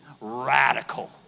Radical